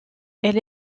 elle